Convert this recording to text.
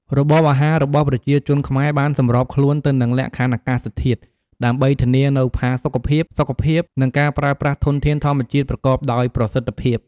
របបអាហាររបស់ប្រជាជនខ្មែរបានសម្របខ្លួនទៅនឹងលក្ខខណ្ឌអាកាសធាតុ ដើម្បីធានានូវផាសុកភាព សុខភាព និងការប្រើប្រាស់ធនធានធម្មជាតិប្រកបដោយប្រសិទ្ធភាព។